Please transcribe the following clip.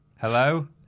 Hello